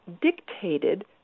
dictated